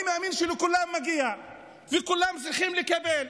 אני מאמין שלכולם מגיע וכולם צריכים לקבל,